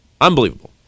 Unbelievable